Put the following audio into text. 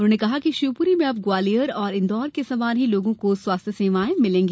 उन्होंने कहा कि शिवपुरी में अब ग्वालियर और इंदौर के समान ही लोगों को स्वास्थ्य सेवाएं मिलेंगी